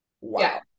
wow